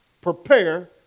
prepare